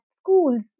schools